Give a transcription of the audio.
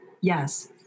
Yes